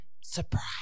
Surprise